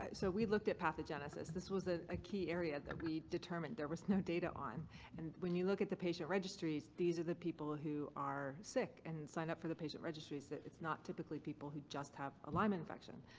so we looked at pathogenesis. this was ah a key area that we determined there was no data on and when you look at the patient registries these are the people who are sick and sign up for the patient registries that it's not typically people who just have a lyme infection.